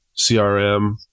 CRM